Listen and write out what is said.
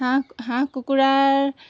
হাঁহ হাঁহ কুকুৰাৰ